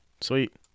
sweet